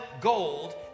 gold